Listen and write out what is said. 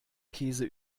käse